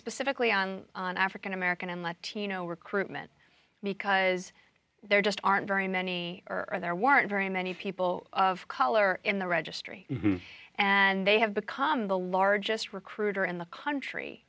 specifically on an african american and latino recruitment because there just aren't very many or are there weren't very many people of color in the registry and they have become the largest recruiter in the country